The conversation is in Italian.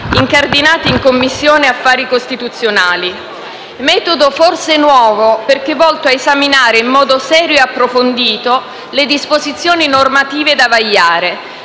incardinati in Commissione affari costituzionali. Tale metodo è forse nuovo, perché volto a esaminare in modo serio e approfondito le disposizioni normative da vagliare.